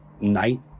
night